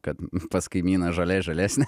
kad pas kaimyną žolė žalesnė